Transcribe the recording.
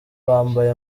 bambaye